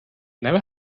never